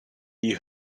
die